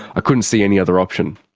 ah couldn't see any other option.